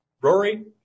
Rory